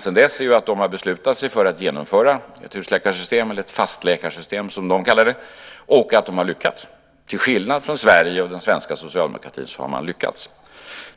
Sedan dess har de beslutat sig för att genomföra ett husläkarsystem eller ett fastläkarsystem som de kallar det, och de har lyckats. Till skillnad från Sverige och den svenska socialdemokratin har de lyckats.